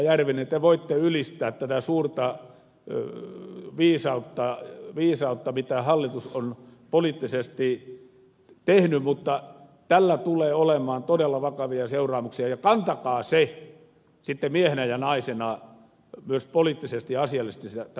järvinen te voitte ylistää tätä suurta viisautta minkä hallitus on poliittisesti tehnyt mutta tällä tulee olemaan todella vakavia seuraamuksia ja kantakaa se sitten miehenä ja naisena myös poliittisesti ja asiallisesti tämä vastuu